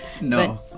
no